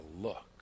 look